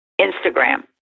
Instagram